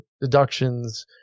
deductions